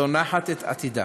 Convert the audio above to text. זונחת את עתידה.